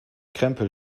krempel